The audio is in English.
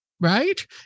Right